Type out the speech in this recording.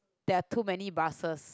there are too many buses